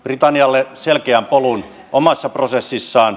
britannialle selkeän polun omassa prosessissaan